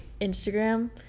Instagram